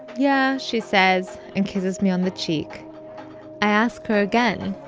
yeah, she says and kisses me on the cheek. i ask her again.